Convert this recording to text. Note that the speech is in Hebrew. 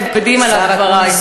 כנראה כבדים עליו דברי.